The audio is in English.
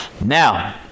Now